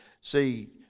See